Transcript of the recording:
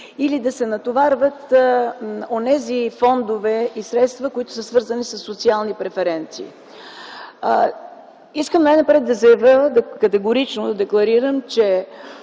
или да се натоварват онези фондове и средства, които са свързани със социални преференции. Най-напред искам да заявя и категорично да декларирам: